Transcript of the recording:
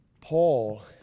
Paul